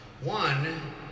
One